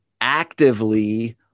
actively